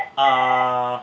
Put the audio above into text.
err